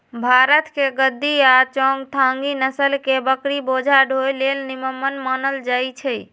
भारतके गद्दी आ चांगथागी नसल के बकरि बोझा ढोय लेल निम्मन मानल जाईछइ